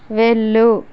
వెళ్ళు